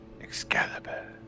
Excalibur